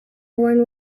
born